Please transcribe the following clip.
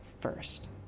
first